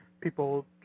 people